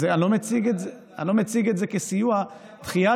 את זה אתה מציג, אני לא מציג את זה כסיוע, דחיית